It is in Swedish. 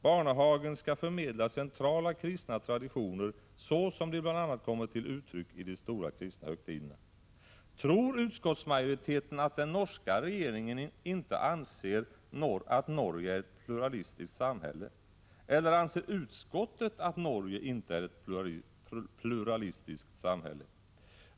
Barnehagen skall förmedla centrala kristna traditioner, så som de bl.a. kommer till uttryck i de stora kristna högtiderna.” Tror utskottsmajoriteten att den norska regeringen inte anser att Norge är ett pluralistiskt samhälle? Eller anser utskottet att Norge inte är ett pluralistiskt samhälle?